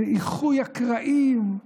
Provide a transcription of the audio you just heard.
"איחוי הקרעים",